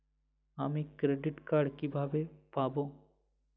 আমি credit card কিভাবে পাবো?